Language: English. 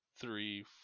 three